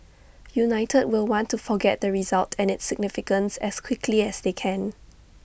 united will want to forget the result and its significance as quickly as they can